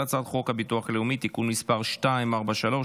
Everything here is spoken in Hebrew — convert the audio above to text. הצעת החוק הביטוח הלאומי (תיקון מס' 243),